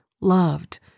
loved